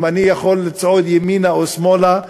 אם אני יכול לצעוד ימינה או שמאלה.